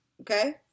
Okay